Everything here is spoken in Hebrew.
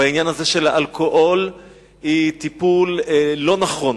בעניין הזה, של האלכוהול, היא טיפול לא נכון.